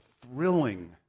thrilling